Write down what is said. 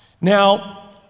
Now